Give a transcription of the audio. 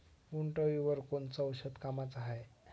उंटअळीवर कोनचं औषध कामाचं हाये?